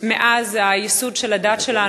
מאז הייסוד של הדת שלנו,